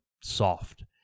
soft